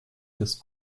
des